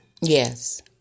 Yes